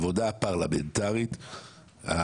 העבודה הפרלמנטרית,